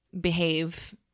behave